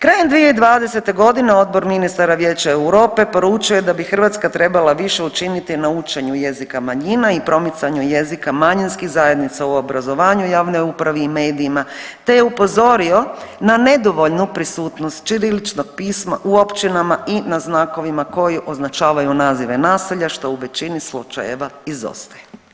Krajem 2020.g. Odbor ministara Vijeća Europe poručuje da bi Hrvatska trebala više učiniti na učenju jezika manjina i promicanju jezika manjinskih zajednica u obrazovanju javne uprave i medijima te je upozorio na nedovoljnu prisutnost ćiriličnog pisma u općinama i na znakovima koji označavaju nazive nasilja, što u većini slučajeva izostaje.